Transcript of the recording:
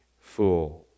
fool